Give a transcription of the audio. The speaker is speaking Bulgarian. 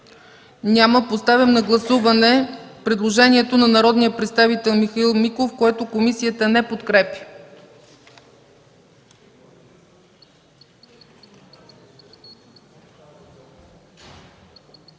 Няма. Поставям на гласуване предложението на народния представител Михаил Миков, което комисията не подкрепя.